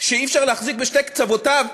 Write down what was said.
שאי-אפשר להחזיק בשני קצותיו,